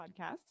podcast